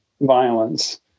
violence